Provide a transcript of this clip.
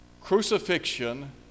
crucifixion